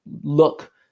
look